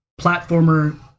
platformer